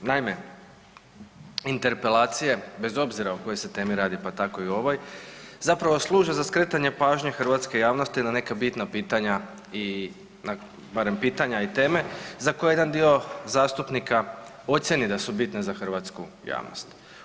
Naime, interpelacija bez obzira o kojoj se temi radi, pa tako i ovoj, zapravo služe za skretanje pažnje hrvatske javnosti na neka bitna pitanja i na barem pitanja i teme za koje jedan dio zastupnika ocijeni da su bitne za hrvatsku javnost.